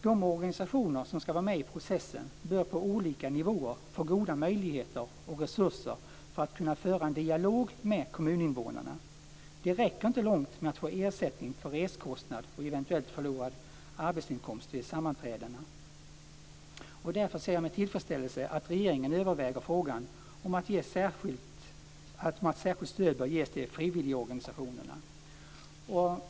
De organisationer som ska vara med i processen bör på olika nivåer få goda möjligheter och resurser för att kunna föra en dialog med kommuninvånarna. Det räcker inte långt med att man får ersättning för reskostnad och eventuellt förlorad arbetsinkomst vid sammanträdena. Därför ser jag med tillfredsställelse att regeringen överväger frågan om att särskilt stöd bör ges till frivilligorganisationerna.